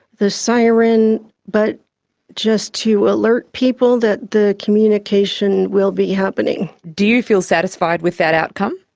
the siren, but just to alert people that the communication will be happening. do you feel satisfied with that outcome?